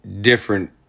different